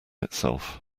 itself